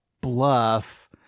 bluff